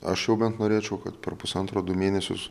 aš jau bent norėčiau kad per pusantro du mėnesius